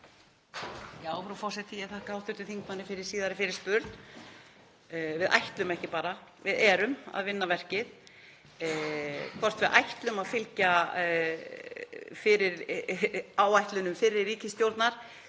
Frú forseti. Ég þakka hv. þingmanni fyrir síðari fyrirspurn. Við ætlum ekki bara, við erum að vinna verkið. Hvort við ætlum að fylgja áætlunum fyrri ríkisstjórnar,